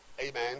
Amen